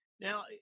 Now